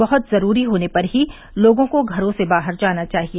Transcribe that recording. बहुत जरूरी होने पर ही लोगों को घरों से बाहर जाना चाहिए